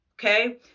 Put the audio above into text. okay